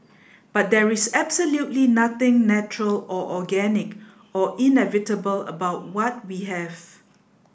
but there is absolutely nothing natural or organic or inevitable about what we have